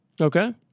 Okay